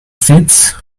fits